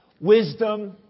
wisdom